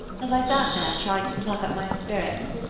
as i sat there trying to pluck up my spirits,